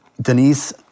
Denise